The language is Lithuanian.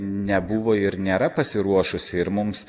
nebuvo ir nėra pasiruošusi ir mums